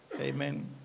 amen